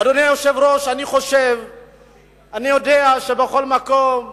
אדוני היושב-ראש, אני יודע שבכל מקום הלכו,